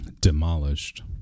demolished